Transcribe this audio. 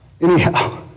Anyhow